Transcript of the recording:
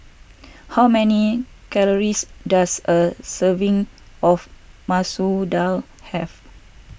how many calories does a serving of Masoor Dal have